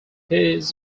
his